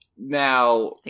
Now